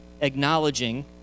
acknowledging